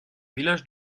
village